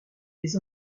des